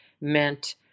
meant